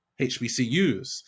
hbcus